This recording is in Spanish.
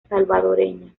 salvadoreña